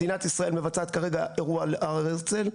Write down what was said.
מדינת ישראל מבצעת כרגע אירוע על הר הרצל?